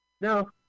No